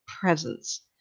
presence